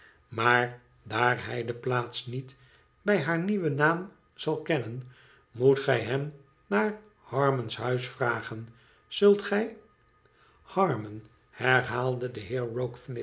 maar daar hij de plaats niet bij haar nieuwen oaamzal kennen moet gij hem naar harmon s huis vragen zult gij hannon herhaalde de